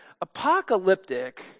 Apocalyptic